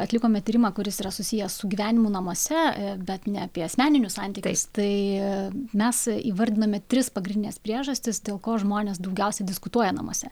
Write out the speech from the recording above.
atlikome tyrimą kuris yra susijęs su gyvenimu namuose bet ne apie asmeninius santykius tai mes įvardiname tris pagrindines priežastis dėl ko žmonės daugiausiai diskutuoja namuose